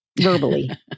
verbally